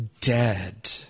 dead